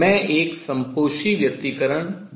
मैं एक सम्पोषी व्यतिकरण देखने जा रहा हूँ